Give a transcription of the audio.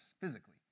physically